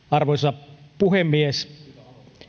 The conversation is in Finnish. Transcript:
arvoisa puhemies